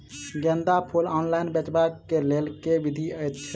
गेंदा फूल ऑनलाइन बेचबाक केँ लेल केँ विधि छैय?